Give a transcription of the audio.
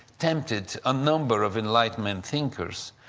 tempted a number of enlightenment thinkers,